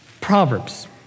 Proverbs